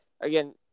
again